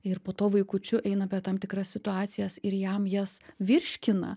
ir po to vaikučiu eina per tam tikras situacijas ir jam jas virškina